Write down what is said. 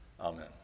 Amen